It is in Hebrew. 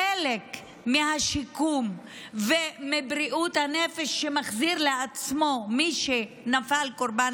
חלק מהשיקום ומבריאות הנפש שמחזיר לעצמו מי שנפל קורבן